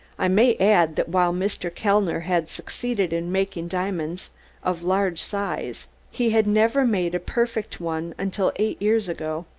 i may add that while mr. kellner had succeeded in making diamonds of large size he had never made a perfect one until eight years ago.